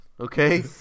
Okay